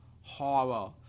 horror